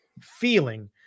feeling